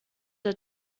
der